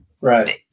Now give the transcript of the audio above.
Right